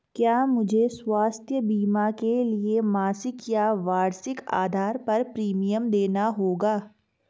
क्या मुझे स्वास्थ्य बीमा के लिए मासिक या वार्षिक आधार पर प्रीमियम देना होगा?